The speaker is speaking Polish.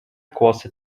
kłosy